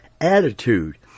attitude